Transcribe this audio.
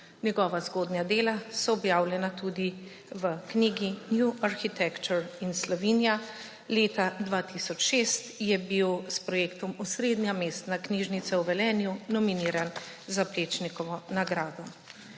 Njegova zgodnja dela so objavljena tudi v knjigi New arhitecture in Slovenija. Leta 2006 je bil s projektom Osrednja mestna knjižnica v Velenju nominiran za Plečnikovo nagrado.